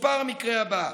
מסופר המקרה הבא: